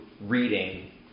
reading